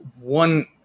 one –